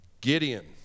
Gideon